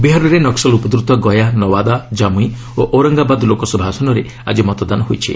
ବିହାରରେ ନକ୍କଲ ଉପଦ୍ରତ ଗୟା ନୱାଦା ଜାମୁଇ ଓ ଔରଙ୍ଗାବାଦ୍ ଲୋକସଭା ଆସନରେ ଆଜି ମତଦାନ ହୋଇଛି